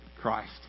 Christ